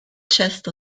chest